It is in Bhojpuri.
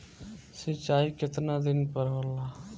सिंचाई केतना दिन पर होला?